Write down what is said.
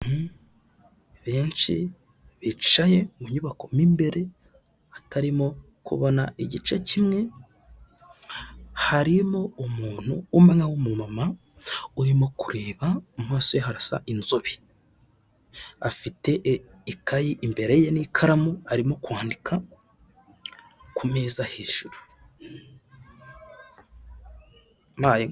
Ni inzu itangirwamo serivisi, iruhande hari uturarabyo hagati hari gutambukamo umugabo wambaye ishati y'ubururu, hirya gato hari abicaye bigaragara ko bategereje kwakirwa.